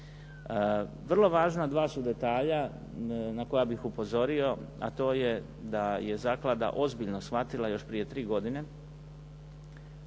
Vrlo važna dva su detalja na koja bih upozorio a to je da je zaklada ozbiljno shvatila još prije tri godine